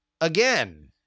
again